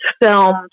filmed